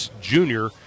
junior